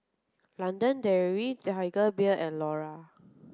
London Dairy Tiger Beer and Iora